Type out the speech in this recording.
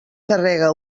carrega